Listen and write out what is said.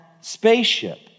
spaceship